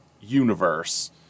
universe